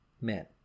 men